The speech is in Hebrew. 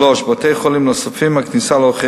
3. בבתי-חולים נוספים הכניסה להולכי